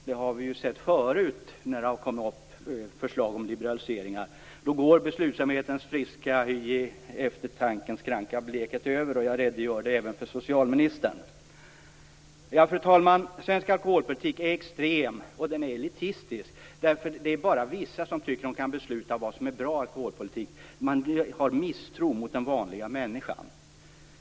Vi har ju när förslag om liberaliseringar tidigare har kommit upp sett att beslutsamhetens friska hy i eftertankens kranka blekhet går över, och jag är rädd för att så blir fallet även för socialministern. Fru talman! Svensk alkoholpolitik är extrem och elitistisk. Vissa tycker att bara de kan besluta om vad som är bra i alkoholpolitiken. Man har en misstro mot den vanliga människan.